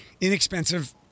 inexpensive